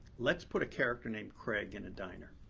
let's put a character named craig in a diner.